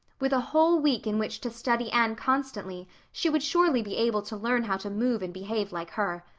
with a whole week in which to study anne constantly she would surely be able to learn how to move and behave like her.